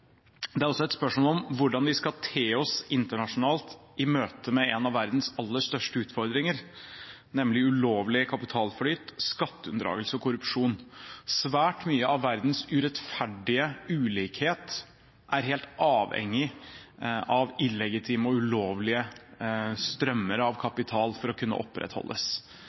Det er også et spørsmål om hvordan vi skal te oss internasjonalt i møte med en av verdens aller største utfordringer, nemlig ulovlig kapitalflyt, skatteunndragelse og korrupsjon. Svært mye av verdens urettferdige ulikhet er helt avhengig av illegitime og ulovlige strømmer av kapital for å kunne opprettholdes.